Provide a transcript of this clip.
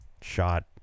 shot